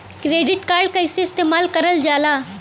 Credit card कईसे इस्तेमाल करल जाला?